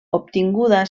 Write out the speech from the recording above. obtinguda